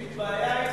יש לי בעיה אתכם.